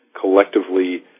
collectively